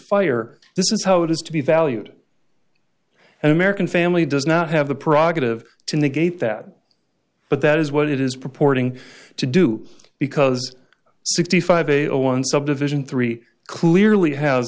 fire this is how it is to be valued an american family does not have the profit of to negate that but that is what it is purporting to do because sixty five a a one subdivision three clearly has